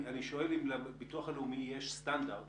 אני שואל אם לביטוח הלאומי יש סטנדרט